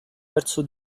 verso